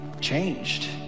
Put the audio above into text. changed